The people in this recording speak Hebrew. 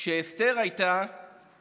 כשאסתר הייתה